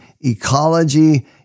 ecology